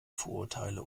vorurteile